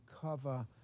cover